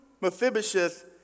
Mephibosheth